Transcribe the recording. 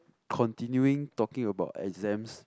continuing talking about exams